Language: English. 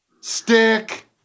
stick